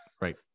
Right